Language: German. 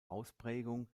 ausprägung